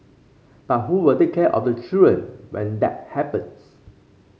but who will take care of the children when that happens